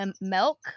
milk